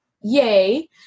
yay